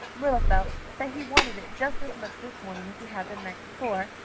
marilla felt that he wanted it just as much this morning as he had the night before,